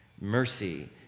mercy